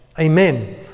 Amen